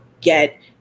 get